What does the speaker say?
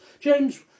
James